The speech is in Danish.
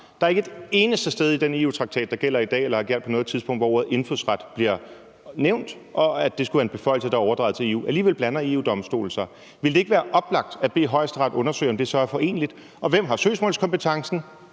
er der ikke et eneste sted i den EU-traktat, der gælder i dag eller har gjaldt på noget tidspunkt, hvor ordet indfødsret bliver nævnt, og hvor der står, at det skulle være en beføjelse, der er overdraget til EU. Alligevel blander EU-Domstolen sig. Ville det ikke være oplagt at bede Højesteret undersøge, om det så er foreneligt? Og hvem har søgsmålskompetencen?